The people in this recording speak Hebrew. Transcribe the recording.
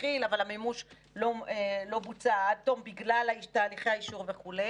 התחיל אבל המימוש לא בוצע עד תום בגלל תהליכי האישור וכו',